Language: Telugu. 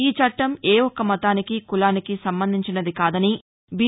ఈ చట్లం ఏ ఒక్క మతానికి కులానికి సంబంధించినది కాదని బి